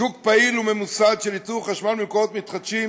שוק פעיל וממוסד של ייצור חשמל ממקורות מתחדשים